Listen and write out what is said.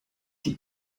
die